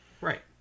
right